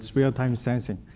it's real time sensing.